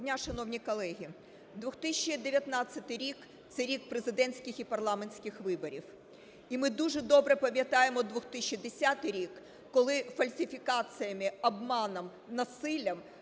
дня, шановні колеги. 2019 рік – це рік президентських і парламентських виборів. І ми дуже добре пам'ятаємо 2010 рік, коли фальсифікаціями, обманом, насиллям